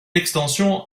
extension